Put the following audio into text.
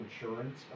insurance